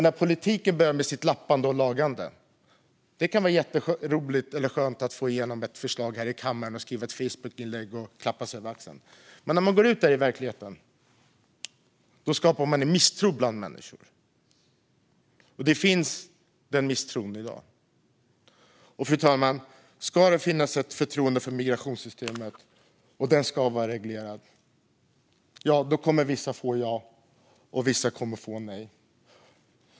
När politiken börjar med sitt lappande och lagande kan det vara jätteroligt eller skönt att få igenom ett förslag här i kammaren och skriva ett Facebookinlägg och klappa sig på axeln, men när man går ut i verkligheten skapar man en misstro bland människor. En sådan misstro finns i dag. Om det ska finnas ett förtroende för migrationssystemet, fru talman, och det ska vara reglerat kommer vissa att få ja och andra nej.